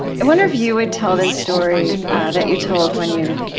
i wonder if you would tell the story that you told when you,